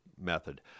method